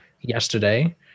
yesterday